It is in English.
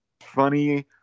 funny